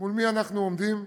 מי אנחנו עומדים: